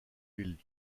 ville